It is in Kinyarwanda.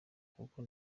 kuko